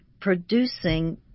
producing